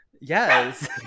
Yes